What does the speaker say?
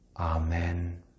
Amen